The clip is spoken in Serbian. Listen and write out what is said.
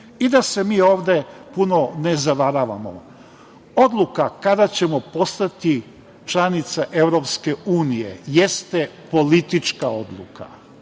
da se mi ovde puno ne zavaravamo. Odluka kada ćemo postati članica EU jeste politička odluka.